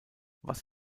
was